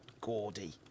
gaudy